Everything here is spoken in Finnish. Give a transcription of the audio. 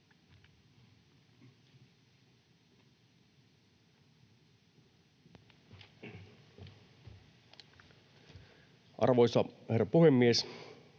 Arvoisa herra puhemies!